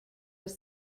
have